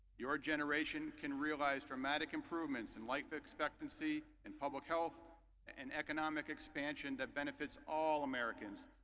your generation can realize dramatic improvements in life expectancy and public health and economic expansion that benefits all americans.